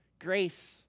Grace